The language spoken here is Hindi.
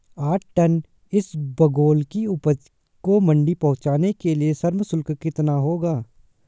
आठ टन इसबगोल की उपज को मंडी पहुंचाने के लिए श्रम शुल्क कितना होगा?